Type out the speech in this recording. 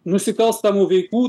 nusikalstamų veikų